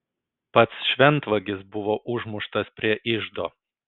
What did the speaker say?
pats šventvagis buvo užmuštas prie iždo